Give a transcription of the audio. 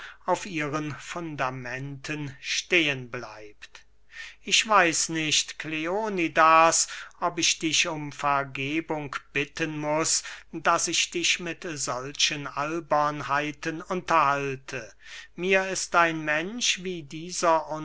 auf ihren fundamenten stehen bleibt ich weiß nicht kleonidas ob ich dich um vergebung bitten muß daß ich dich mit solchen albernheiten unterhalte mir ist ein mensch wie dieser